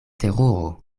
teruro